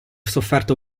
sofferto